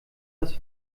das